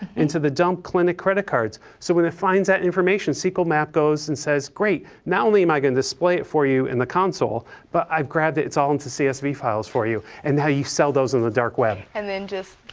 into the dump clinic creditcards. so when it finds that information, sqlmap goes and says, great, not only am i going to display it for you in the console but i've grabbed it, it's all into csv files for you. and now you sell those on the dark web. and then just,